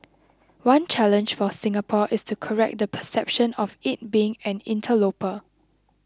one challenge for Singapore is to correct the perception of it being an interloper